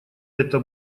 это